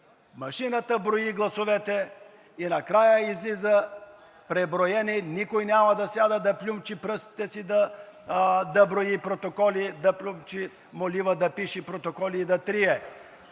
Машината брои гласовете и накрая излизат преброени, никой няма да сяда да плюнчи пръстите си, да брои протоколи, да плюнчи молива, да пише протоколи, да трие.